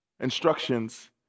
Instructions